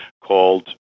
called